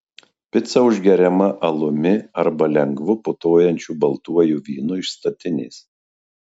pica užgeriama alumi arba lengvu putojančiu baltuoju vynu iš statinės